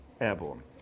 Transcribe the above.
airborne